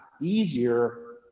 easier